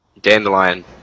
Dandelion